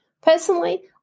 Personally